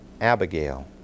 Abigail